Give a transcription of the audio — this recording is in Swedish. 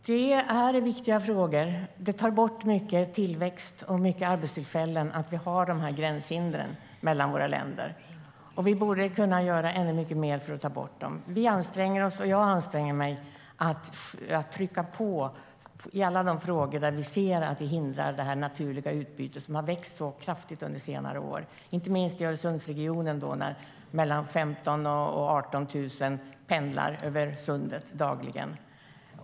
Fru talman! Ja, det är viktiga frågor. Gränshindren mellan länderna tar bort mycket tillväxt och många arbetstillfällen. Vi borde kunna göra mer för att ta bort dem. Regeringen anstränger sig, och jag anstränger mig, för att trycka på i alla de frågor där vi ser att det naturliga utbytet som har växt så kraftigt under senare år hindras, inte minst i Öresundsregionen där mellan 15 000 och 18 000 pendlar över Sundet dagligen.